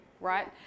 right